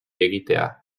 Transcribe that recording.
egitea